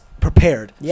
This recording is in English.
prepared